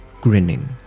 Grinning